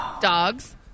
Dogs